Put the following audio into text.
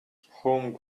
home